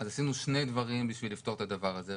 אז עשינו שני דברים כדי לפתור את הדבר הזה.